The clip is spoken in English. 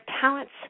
talents